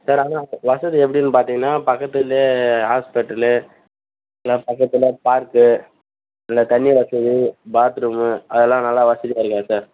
sir ஆனால் வசதி எப்படின்னு பார்த்திங்கன்னா பக்கத்துலயே ஹாஸ்பிட்டலு இல்லை பக்கத்தில் பார்க்கு இல்லை தண்ணி வசதி பாத்ரூமு அதெல்லாம் நல்லா வசதிகள் இருக்கா சார்